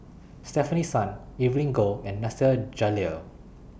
Stefanie Sun Evelyn Goh and Nasir Jalil